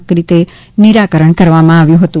ક રીતે નિરાકરણ કરવામાં આવ્યુંન હતું